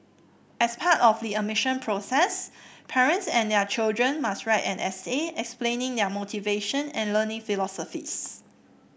as part of the admission process parents and their children must write an essay explaining their motivation and learning philosophies